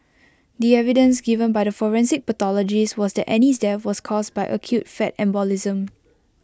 the evidence given by the forensic pathologist was that Annie's death was caused by acute fat embolism